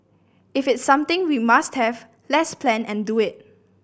if it's something we must have let's plan and do it